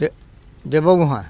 pay Dev Gohain